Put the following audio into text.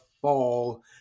fall